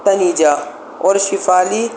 تنیجا اور شفالی